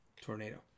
tornado